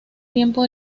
tiempo